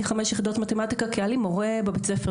חמש יחידות מתמטיקה כי היה לי מורה טוב בבית הספר.